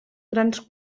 grans